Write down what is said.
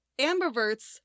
ambiverts